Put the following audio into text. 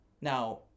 Now